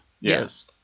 yes